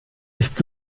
nichts